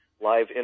live